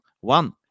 One